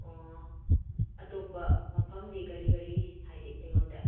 ꯑꯣ ꯑꯇꯣꯞꯄ ꯃꯐꯝꯗꯤ ꯀꯔꯤ ꯀꯔꯤ ꯍꯥꯏꯗꯤ ꯑꯩꯉꯣꯟꯗ